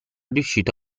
riuscito